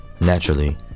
naturally